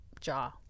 jaw